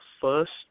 first